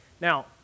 Now